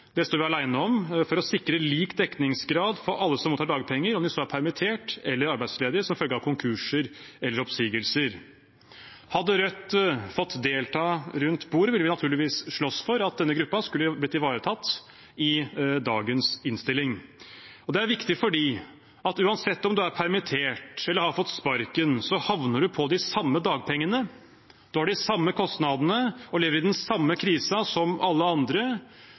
det står vi alene om – for å sikre lik dekningsgrad for alle som mottar dagpenger, om de så er permittert eller arbeidsledige som følge av konkurser eller oppsigelser. Hadde Rødt fått delta rundt bordet, ville vi naturligvis slåss for at denne gruppen skulle blitt ivaretatt i dagens innstilling. Det er viktig, fordi uansett om du er permittert eller har fått sparken, så havner du på de samme dagpengene, du har de samme kostnadene og lever i den samme krisen som alle andre.